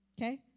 okay